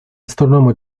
astrónomo